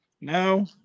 No